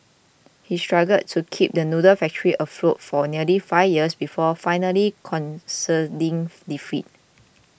he struggled to keep the noodle factory afloat for nearly five years before finally conceding defeat